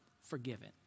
forgiven